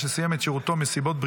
תוקפן של תקנות שעת חירום (חרבות ברזל)